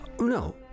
No